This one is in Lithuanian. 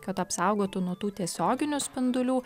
kad apsaugotų nuo tų tiesioginių spindulių